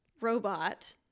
robot